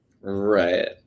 Right